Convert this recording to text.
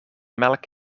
melk